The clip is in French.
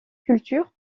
cultures